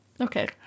Okay